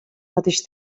mateix